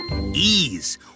Ease